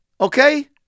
Okay